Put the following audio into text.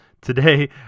Today